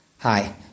Hi